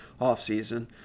offseason